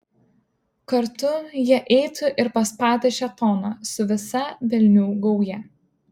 kartu jie eitų ir pas patį šėtoną su visa velnių gauja